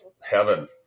heaven